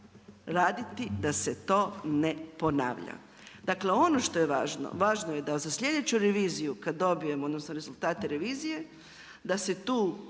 raditi da se to ne ponavlja. Dakle ono što je važno, važno je da za sljedeću reviziju kada dobijemo odnosno rezultate revizije da se tu